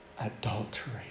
adultery